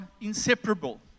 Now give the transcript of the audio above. inseparable